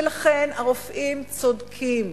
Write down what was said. ולכן, הרופאים צודקים.